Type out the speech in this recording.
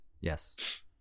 yes